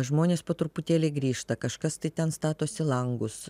žmonės po truputėlį grįžta kažkas tai ten statosi langus